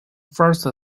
first